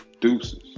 deuces